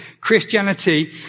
Christianity